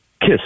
Kiss